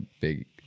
big